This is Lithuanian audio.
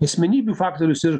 asmenybių faktorius ir